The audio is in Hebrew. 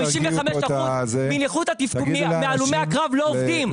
55% מהלומי הקרב לא עובדים.